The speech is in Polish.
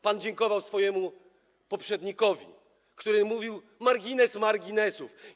Pan dziękował swojemu poprzednikowi, który mówił: margines marginesów.